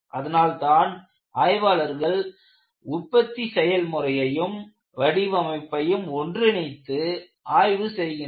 அதனால்தான் ஆய்வாளர்கள் உற்பத்தி செயல்முறையையும் வடிவமைப்பையும் ஒன்றிணைத்து ஆய்வு செய்கின்றனர்